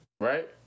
right